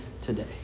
today